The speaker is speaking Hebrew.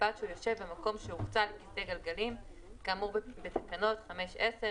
ובלבד שהוא יושב במקום שהוקצה לכיסא גלגלים כאמור בתקנות 5(10),